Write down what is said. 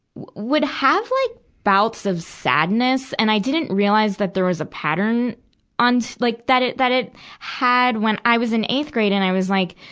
would have like bouts of sadness. and i didn't realize that there was pattern on like, that it, that it had. when i was in eighth grade, and i was like,